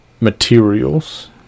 materials